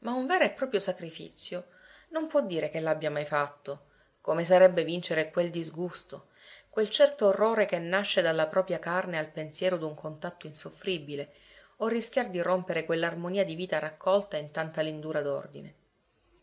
ma un vero e proprio sacrifizio non può dire che l'abbia mai fatto come sarebbe vincere quel disgusto quel certo orrore che nasce dalla propria carne al pensiero d'un contatto insoffribile o rischiar di rompere quell'armonia di vita raccolta in tanta lindura d'ordine